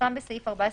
כנוסחם בסעיף 14(3),